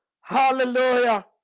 Hallelujah